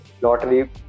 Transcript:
lottery